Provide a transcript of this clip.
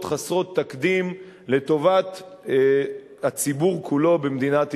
חסרות תקדים לטובת הציבור כולו במדינת ישראל,